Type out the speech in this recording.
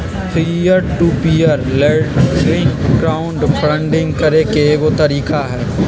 peer to peer lending crowd funding करे के एगो तरीका हई